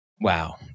Wow